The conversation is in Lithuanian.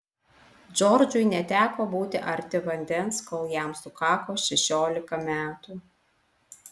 džordžui neteko būti arti vandens kol jam sukako šešiolika metų